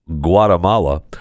Guatemala